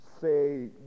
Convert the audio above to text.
say